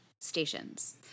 stations